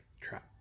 trap